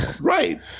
Right